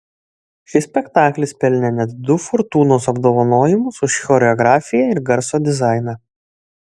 šis spektaklis pelnė net du fortūnos apdovanojimus už choreografiją ir garso dizainą